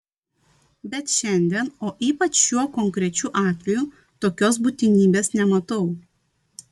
bet šiandien o ypač šiuo konkrečiu atveju tokios būtinybės nematau